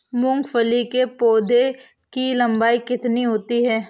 मूंगफली के पौधे की लंबाई कितनी होती है?